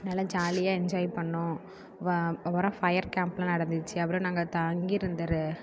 நல்லலா ஜாலியாக என்ஜாய் பண்ணோம் ஃபயர் கேம்ப்லாம் நடந்துச்சு அப்றம் நாங்கள் தங்கியிருந்த